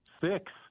Six